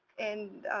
and